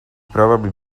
probably